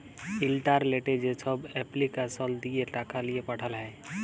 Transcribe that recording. ইলটারলেটে যেছব এপলিকেসল দিঁয়ে টাকা লিঁয়ে পাঠাল হ্যয়